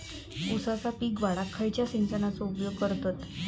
ऊसाचा पीक वाढाक खयच्या सिंचनाचो उपयोग करतत?